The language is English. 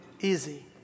easy